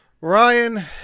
ryan